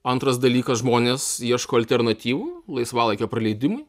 antras dalykas žmonės ieško alternatyvų laisvalaikio praleidimui